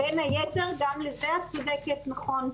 בין היתר, גם לזה את צודקת, נכון.